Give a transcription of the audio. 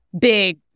big